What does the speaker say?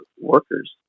workers